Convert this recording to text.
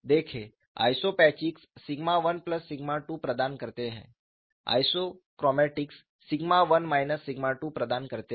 देखें isopachics sigma 1 plus sigma 2 प्रदान करते हैं आइसोक्रोमैटिक्स सिग्मा 1 माइनस सिग्मा 2 प्रदान करते हैं